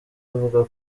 avuga